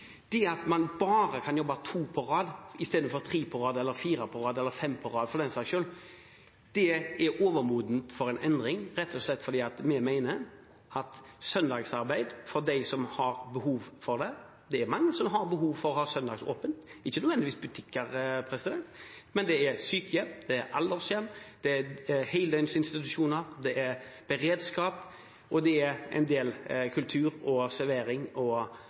med at man bare kan jobbe to på rad istedenfor tre eller fire på rad, eller fem på rad for den saks skyld, er overmodent for en endring, rett og slett fordi vi mener at søndagsarbeid er det behov for. Det er mange som har behov for å ha søndagsåpent – ikke nødvendigvis butikker, men det gjelder sykehjem, aldershjem, heldøgnsinstitusjoner, beredskap, kultur, servering og turistdestinasjoner. Vi mener at den oppmykingen vi gjør, er en nødvendig del av å leve i et moderne samfunn, og balanserer hensynet mellom arbeidslivets interesser, arbeidstakernes interesser og